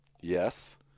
Yes